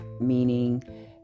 meaning